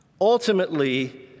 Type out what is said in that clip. Ultimately